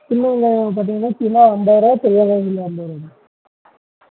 சின்ன வெங்காயம் பார்த்திங்கன்னா சின்ன வெங்காயம் ஐம்பதுருவா பெரிய வெங்காயம் கிலோ ஐம்பதுருவா